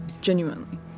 genuinely